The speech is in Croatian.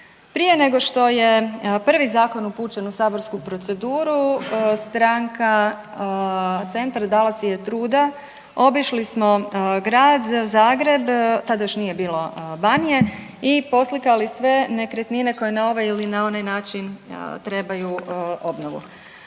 Prije nego što je prvi zakon upućen u saborsku proceduru stranka Centar dala si je truda, obišli smo grad Zagreb, tad još nije bilo Banije i poslikali sve nekretnine koje na ovaj ili na onaj način trebaju obnovu.